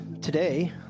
today